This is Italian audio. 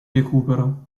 recupero